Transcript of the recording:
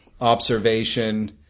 observation